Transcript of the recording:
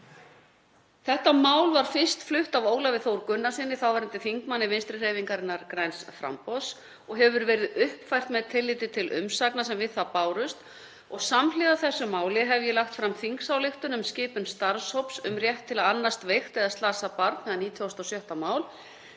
Þetta mál var fyrst flutt af Ólafi Þór Gunnarssyni, þáverandi þingmanni Vinstrihreyfingarinnar – græns framboðs, og hefur verið uppfært með tilliti til umsagna sem við það bárust og samhliða þessu máli hef ég lagt fram þingsályktunartillögu um skipun starfshóps um rétt til að annast veikt eða slasað barn, 96. mál.